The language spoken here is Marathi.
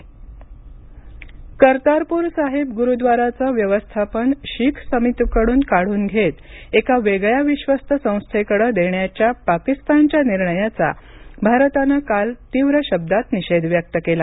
कर्तारपर कर्तारपूर साहिब गुरुद्वाराचं व्यवस्थापन शीख समितीकडून काढून घेत एका वेगळ्या विश्वस्त संस्थेकडं देण्याच्या पाकिस्तानच्या निर्णयाचा भारतानं काल तीव्र शब्दात निषेध व्यक्त केला